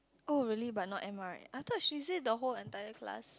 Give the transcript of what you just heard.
oh really but not admired I thought she say the whole entire class